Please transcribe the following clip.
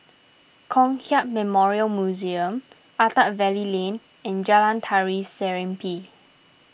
Kong Hiap Memorial Museum Attap Valley Lane and Jalan Tari Serimpi